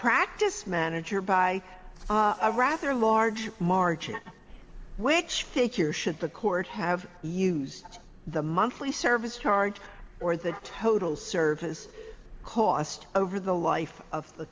practice manager by a rather large margin which a cure should the court have use the monthly service charge or the total service cost over the life of the